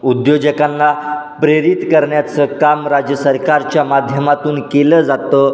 उद्योजकांना प्रेरित करण्याचं काम राज्य सरकारच्या माध्यमातून केलं जातं